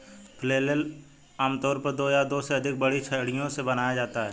flail आमतौर पर दो या दो से अधिक बड़ी छड़ियों से बनाया जाता है